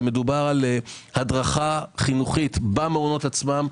מדובר בהדרכה חינוכית במעונות עצמם,